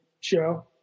show